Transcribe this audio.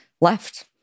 left